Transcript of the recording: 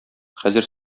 хәзер